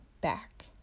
back